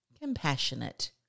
compassionate